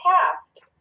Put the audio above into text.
Past